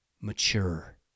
mature